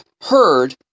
heard